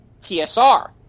TSR